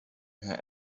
her